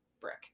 brick